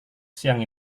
siang